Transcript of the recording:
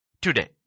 today